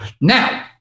Now